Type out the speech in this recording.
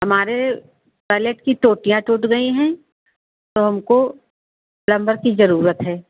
हमारे टॉयलेट की टोंटियाँ टूट गई है तो हमको प्लंबर की जरूरत है